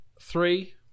Three